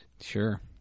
Sure